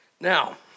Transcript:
Now